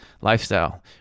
lifestyle